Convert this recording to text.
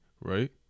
Right